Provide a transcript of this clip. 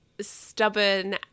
stubborn